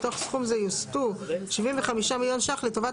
מתוך סכום זה יוסטו 75 מיליון ₪ לטובת